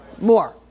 More